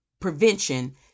Prevention